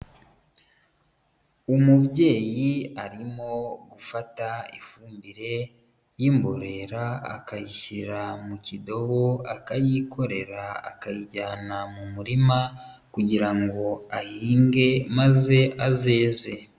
Umubyeyi arimo gufata ifumbire y'imborera akayishyira mu kidobo akayikorera akayijyana mu murima kugira ngo ahinge maze azeze.